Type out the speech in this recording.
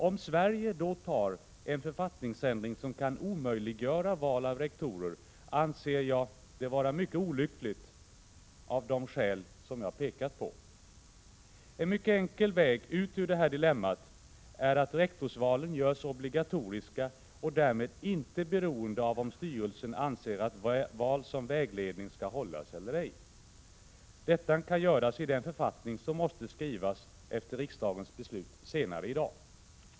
Att Sverige då skulle göra en författningsändring som kan omöjliggöra val av rektorer anser jag vara mycket olyckligt av de skäl jag pekat på. En mycket enkel väg ut ur detta dilemma är att rektorsvalen görs obligatoriska och därmed inte beroende av om styrelsen anser att val som vägledning skall hållas eller ej. Detta kan fastställas i den författning som måste skrivas efter riksdagens beslut senare i dag.